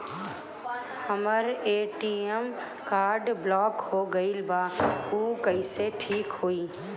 हमर ATM card block हो गईल बा ऊ कईसे ठिक होई?